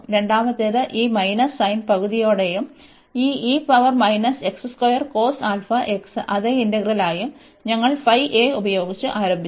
രണ്ടാമത്തേത് ഈ minus sin പകുതിയോടെയും ഈ e power minus x square cos alpha x അതേ ഇന്റഗ്രലായും ഞങ്ങൾ phi a ഉപയോഗിച്ച് ആരംഭിച്ചു